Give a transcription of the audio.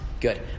Good